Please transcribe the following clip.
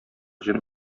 җен